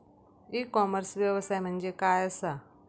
E commerce व्यवसाय म्हणजे काय असा?